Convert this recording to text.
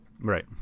right